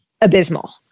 abysmal